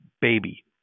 baby